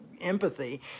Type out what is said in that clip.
empathy